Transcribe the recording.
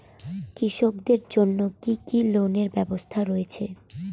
কৃষকদের জন্য কি কি লোনের ব্যবস্থা রয়েছে?